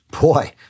boy